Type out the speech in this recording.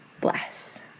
bless